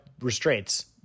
restraints